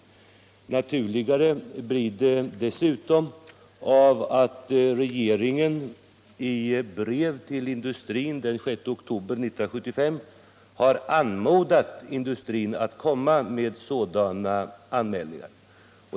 Än mer naturligt blir detta sedan regeringen i brev till industrin den 6 oktober 1975 har anmodat industrin att inkomma med sådana anmälningar.